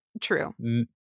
True